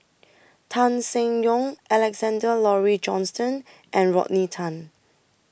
Tan Seng Yong Alexander Laurie Johnston and Rodney Tan